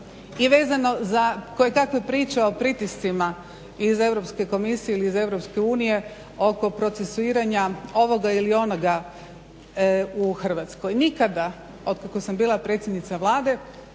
i vezano za kojekakve priče o pritiscima iz Europske komisije ili iz Europske unije oko procesuiranja ovoga ili onoga u Hrvatskoj. Nikada otkako sam bila predsjednica Vlade